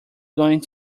going